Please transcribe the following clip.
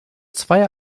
zwei